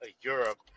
Europe